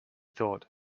thought